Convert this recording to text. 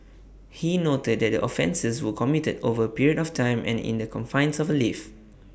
he noted that the offences were committed over A period of time and in the confines of A lift